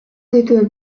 dituen